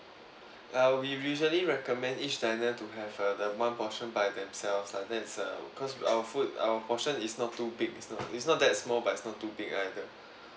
uh we usually recommend each diner to have uh that one portion by themselves lah that is uh because our food our portion is not too big it's not it's not that small but it's not too big either